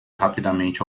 rapidamente